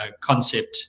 concept